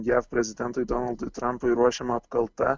jav prezidentui donaldui trampui ruošiama apkalta